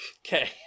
Okay